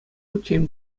хутчен